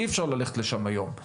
אי אפשר ללכת לשם היום,